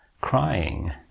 crying